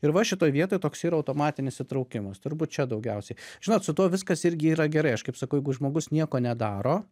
ir va šitoj vietoj toks yra automatinis įtraukimas turbūt čia daugiausiai žinot su tuo viskas irgi yra gerai aš kaip sakau jeigu žmogus nieko nedaro